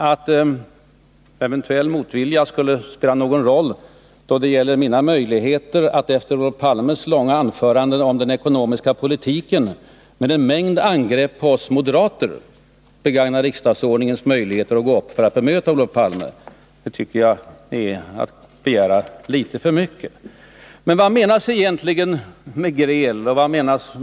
Att däremot en eventuell motvilja skulle spela någon roll då det gäller mina möjligheter att efter Olof Palmes långa anförande om den ekonomiska politiken med en mängd angrepp på oss moderater begagna riksdagsordningens regler för att gå upp för att bemöta Olof Palme det skulle jag ha svårt att godtaga. Vad menas egentligen med gräl och med skäll?